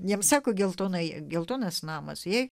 jiems sako geltonąjį geltonas namas jai